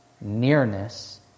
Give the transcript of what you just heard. Nearness